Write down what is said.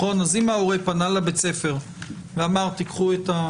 אז אם ההורה פנה לבית הספר ואמר תיקחו את ה